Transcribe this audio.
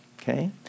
okay